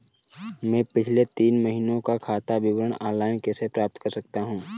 मैं पिछले तीन महीनों का खाता विवरण ऑनलाइन कैसे प्राप्त कर सकता हूं?